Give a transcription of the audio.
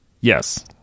Yes